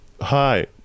hi